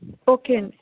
okay అండి